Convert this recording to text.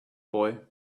boy